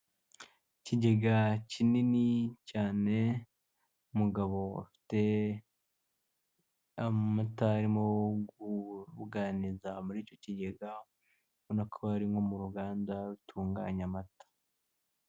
Ikigega kinini cyane, umugabo afite amata arimo kubuganiza muri icyo kigega ubona ko ari nko mu ruganda rutunganya amata.